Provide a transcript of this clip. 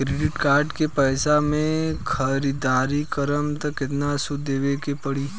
Credit card के पैसा से ख़रीदारी करम त केतना सूद देवे के पड़ी?